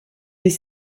des